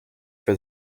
for